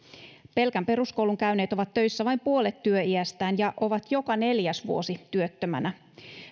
pelkän peruskoulun käyneet ovat töissä vain puolet työiästään ja ovat joka neljäs vuosi työttömänä